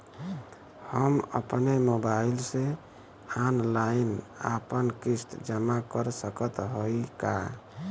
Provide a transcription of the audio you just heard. हम अपने मोबाइल से ऑनलाइन आपन किस्त जमा कर सकत हई का?